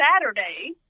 Saturday